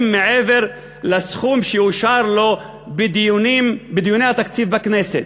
מעבר לסכום שאושר לו בדיוני התקציב בכנסת.